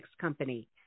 company